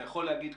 אתה יכול להגיד,